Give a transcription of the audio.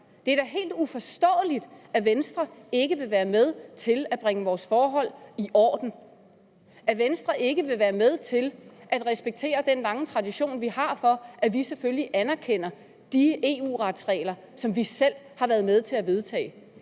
Det er da helt uforståeligt, at Venstre ikke vil være med til at bringe vores forhold i orden; at Venstre ikke vil være med til at respektere den lange tradition, vi har for, at vi selvfølgelig anerkender de EU-retsregler, som vi selv har været med til at vedtage.